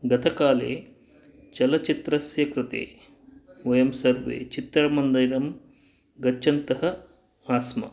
गतकाले चलचित्रस्य कृते वयं सर्वे चित्रमन्दिरं गच्छन्तः आस्म